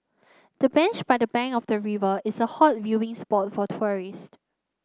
the bench by the bank of the river is a hot viewing spot for tourist